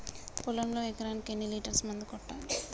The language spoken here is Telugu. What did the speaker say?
పొలంలో ఎకరాకి ఎన్ని లీటర్స్ మందు కొట్టాలి?